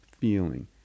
feeling